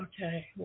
Okay